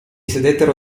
sedettero